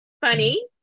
Funny